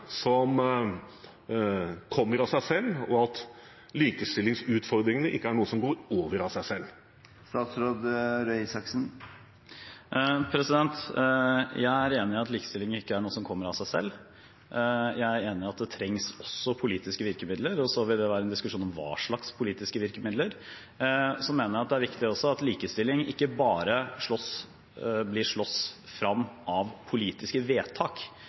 som går over av seg selv? Jeg er enig i at likestilling ikke er noe som kommer av seg selv. Jeg er enig i at det også trengs politiske virkemidler. Så vil det være en diskusjon om hva slags politiske virkemidler. Jeg mener at det er viktig at likestilling ikke bare blir kjempet frem av politiske vedtak.